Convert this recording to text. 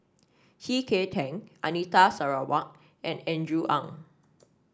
C K Tang Anita Sarawak and Andrew Ang